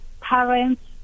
parents